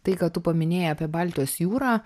tai ką tu paminėjai apie baltijos jūrą